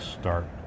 start